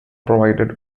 provided